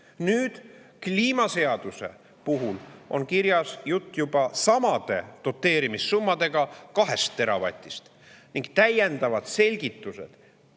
Nüüd, kliimaseaduse puhul on jutt juba samade doteerimissummade juures 2 teravatist. Ning täiendavad selgitused